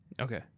Okay